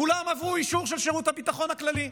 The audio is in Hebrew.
כולם עברו אישור של שירות הביטחון הכללי.